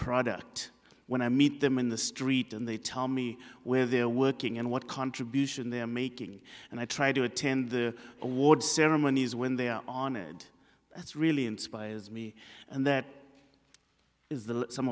product when i meet them in the street and they tell me where they're working and what contribution they're making and i try to attend the award ceremonies when they're on and that's really inspires me and that is the s